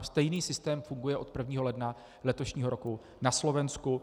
Stejný systém funguje od 1. ledna letošního roku na Slovensku.